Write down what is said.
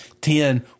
ten